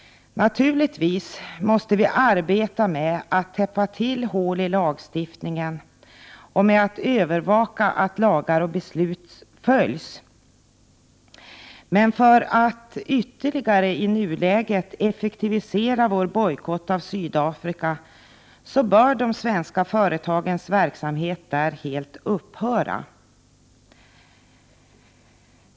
Naturligtvis måste vi arbeta med att täppa till hål i lagstiftningen och med att övervaka att lagar och beslut följs. För att i nuläget ytterligare effektivisera vår bojkott av Sydafrika bör de svenska företagens verksamhet där helt upphöra.